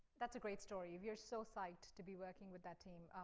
that's a great story. we're so psyched to be working with that team.